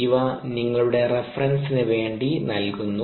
ഇവ നിങ്ങളുടെ റഫറൻസിന് വേണ്ടി നൽകുന്നു